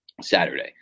Saturday